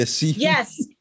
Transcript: Yes